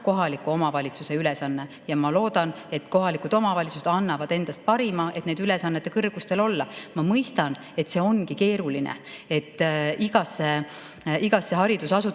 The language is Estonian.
kohaliku omavalitsuse ülesanne ja ma loodan, et kohalikud omavalitsused annavad endast parima, et nende ülesannete kõrgustel olla. Ma mõistan, et on keeruline igasse haridusasutusse